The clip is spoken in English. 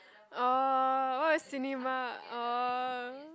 orh what is cinema orh